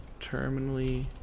terminally